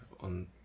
on